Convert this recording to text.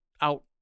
out